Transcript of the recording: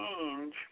change